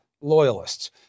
loyalists